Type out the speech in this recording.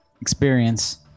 experience